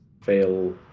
fail